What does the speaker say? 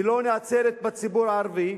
היא לא נעצרת בציבור הערבי.